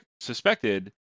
suspected